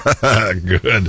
Good